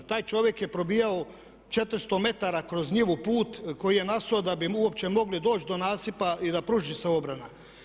Taj čovjek je probijao 400 metara kroz njivu put koji je nasuo da bi uopće mogli doći do nasipa i da pruži se obrana.